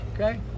okay